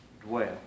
dwell